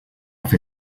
fer